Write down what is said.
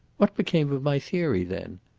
what became of my theory then?